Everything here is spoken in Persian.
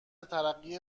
ترقی